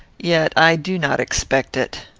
yet i do not expect it.